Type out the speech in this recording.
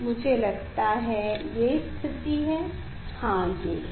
मुझे लगता है ये स्थिति है हाँ ये है